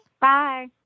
Bye